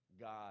God